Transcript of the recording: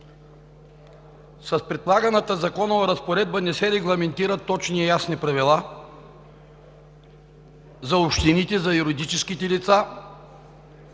С предлаганата законова разпоредба не се регламентират точни и ясни правила за общините, за юридическите лица